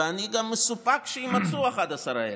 ואני גם מסופק שיימצאו ה-11 האלה.